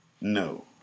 No